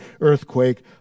earthquake